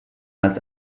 als